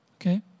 okay